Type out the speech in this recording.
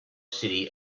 city